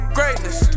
Greatness